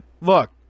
look